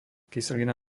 kyselina